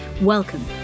Welcome